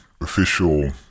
official